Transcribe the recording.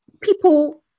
people